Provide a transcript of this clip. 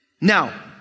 Now